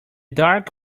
dark